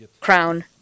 crown